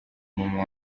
mama